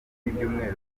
y’ibyumweru